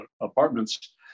Apartments